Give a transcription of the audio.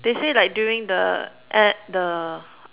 they say like during the an~ the